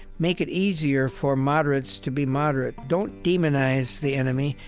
make it easier for moderates to be moderate. don't demonize the enemy.